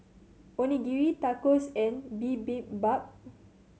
Onigiri Tacos and Bibimbap